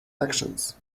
actions